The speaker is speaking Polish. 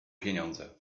pieniądze